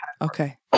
Okay